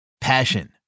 Passion